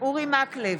אורי מקלב,